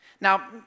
Now